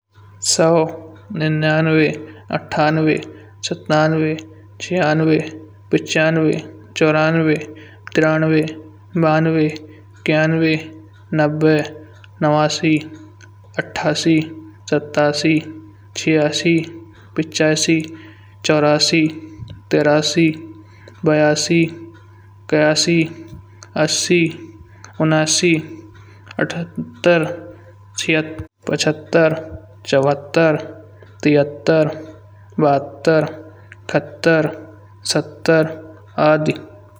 सौ, निन्यानवे, अठानवे, सत्तानवे, छयानवे, पचानवे, चौरानवे, तिरानवे, बानवे, इक्यानवे, नब्बे, नवासी, अठासी। सत्तासी, छयासी, पचासी, चौरासी, तिरासी, बयासी, इक्यासी, अस्सी, उन्यास्सी, अठत्तर, पचहत्तर, चौहत्तर, तिहत्तर, बहत्तर, इकहत्तर, सत्तर आदि।